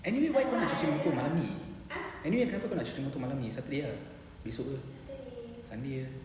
anyway why kau nak cuci motor malam ni anyway kenapa kau nak cuci motor malam ni saturday ah esok ke sunday ke